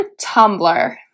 Tumblr